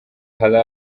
hari